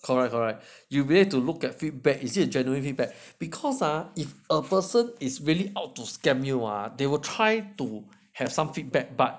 correct correct you be able to look at feedback is it a genuine feedback because ah if a person is really out to scam you !wah! they will try to have some feedback but